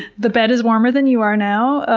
the bed is warmer than you are now.